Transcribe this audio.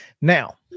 Now